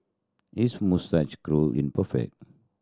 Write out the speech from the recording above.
his moustache curl in perfect